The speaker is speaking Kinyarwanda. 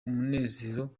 umunezero